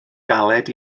galed